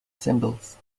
cymbals